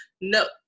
No